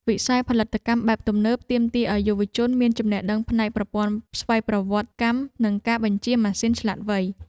វិស័យផលិតកម្មបែបទំនើបទាមទារឱ្យយុវជនមានចំណេះដឹងផ្នែកប្រព័ន្ធស្វ័យប្រវត្តិកម្ម និងការបញ្ជាម៉ាស៊ីនឆ្លាតវៃ។